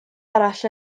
arall